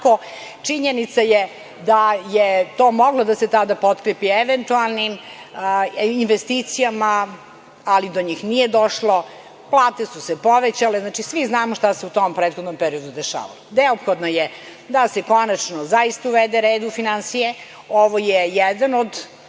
tako. Činjenica je da je to moglo da se tada potkrepi eventualnim investicijama, ali do njih nije došlo. Plate su se povećale. Znači, svi znamo šta se u tom prethodnom periodu dešavalo. Neophodno je da se konačno zaista uvede red u finansije. Ovo je jedan od